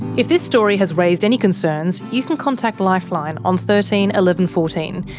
if this story has raised any concerns you can contact lifeline on thirteen eleven fourteen,